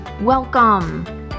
Welcome